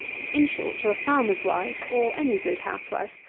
in short to a farmer's wife, or any good housewife,